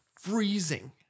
freezing